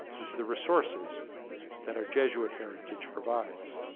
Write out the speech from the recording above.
and to the resources that our jesuit heritage provides.